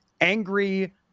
angry